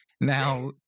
now